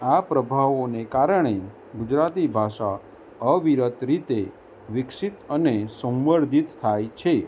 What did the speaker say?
આ પ્રભાવોને કારણે ગુજરાતી ભાષા અવિરત રીતે વિકસિત અને સંવર્ધિત થાય છે